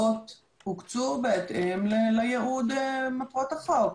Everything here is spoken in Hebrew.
שההקצאות הוקצו בהתאם לייעוד מטרות החוק.